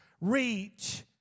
reach